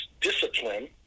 discipline